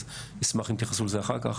אז אשמח אם תתייחסו לזה אחר כך.